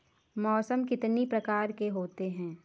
मौसम कितनी प्रकार के होते हैं?